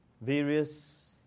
various